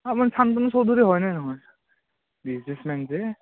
আপুনি শান্তনু চৌধুৰী হয়নে নহয় বিজনেচমেন যে